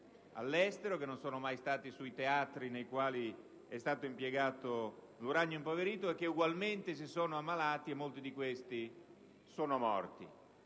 all'estero, che non sono mai stati sui teatri nei quali è stato impiegato l'uranio impoverito e che ugualmente si sono ammalati, e molti di questi sono morti.